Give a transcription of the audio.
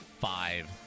five